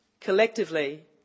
Collectively